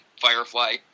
Firefly